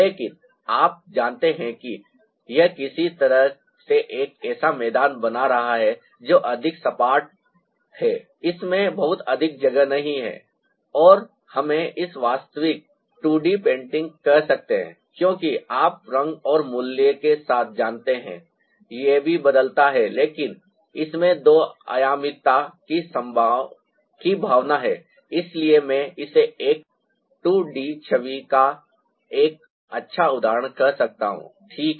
लेकिन आप जानते हैं कि यह किसी तरह से एक ऐसा मैदान बना रहा है जो अधिक सपाट flat है इसमें बहुत अधिक जगह नहीं है और हम इसे वास्तविक 2 डी पेंटिंग कह सकते हैं क्योंकि आप रंग और मूल्य के साथ जानते हैं और यह भी बदलता है लेकिन इसमें दो आयामीता की भावना है इसलिए मैं इसे एक 2 डी छवि का एक अच्छा उदाहरण कह सकता हूं ठीक है